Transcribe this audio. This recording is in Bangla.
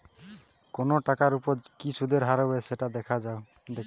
কোনো টাকার ওপর কি সুধের হার হবে সেটা দেখে যাওয়া